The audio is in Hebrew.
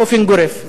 באופן גורף.